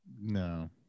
No